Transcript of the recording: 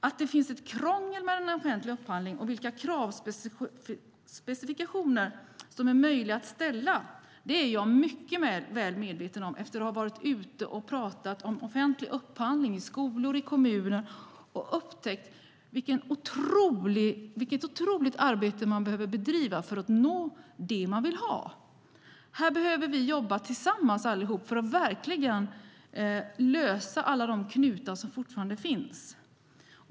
Att det är krångel med den offentliga upphandlingen och vilka kravspecifikationer som är möjliga att ha är jag mycket väl medveten om efter att ha varit ute och pratat om offentlig upphandling i skolor och i kommuner. Jag har upptäckt vilket otroligt arbete man behöver bedriva för att nå det man vill ha. Här behöver vi jobba tillsammans allihop för att lösa alla de knutar som fortfarande finns.